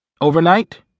Overnight